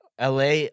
LA